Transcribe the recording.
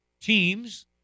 teams